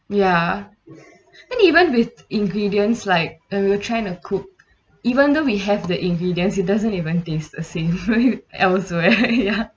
ya and even with ingredients like uh we'll trying to cook even though we have the ingredients it doesn't even taste the same elsewhere ya